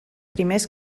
primers